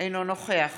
אינו נוכח